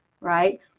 right